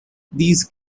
these